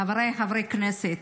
חבריי חברי הכנסת,